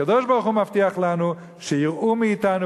הקדוש-ברוך-הוא מבטיח לנו שייראו מאתנו,